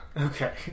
Okay